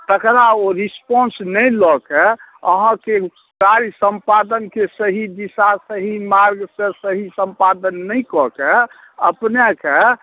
तकरा ओ रेस्पॉन्स नहि लऽ कऽ अहाँके कार्य सम्पादनके सही दिशा सही मार्गसँ सही सम्पादन नहि कऽ कऽ अपनेके